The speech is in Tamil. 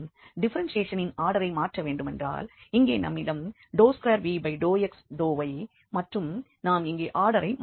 டிப்பெரென்ஷியேஷனின் ஆடரை மாற்றவேண்டுமென்றால் இங்கே நம்மிடம் 2v∂x∂y மற்றும் நாம் இங்கே ஆடரை மாற்றியுள்ளோம்